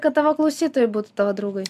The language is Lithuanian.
kad tavo klausytojai būtų tavo draugai